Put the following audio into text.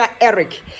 Eric